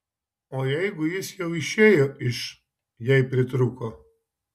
o jeigu jis jau išėjo iš jei pritrūko